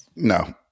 No